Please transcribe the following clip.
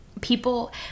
people